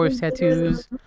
tattoos